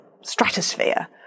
stratosphere